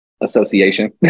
association